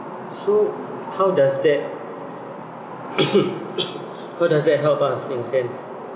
so how does that how does that help us in a sense